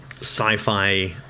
sci-fi